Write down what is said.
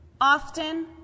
Often